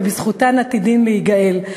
ובזכותן עתידים להיגאל.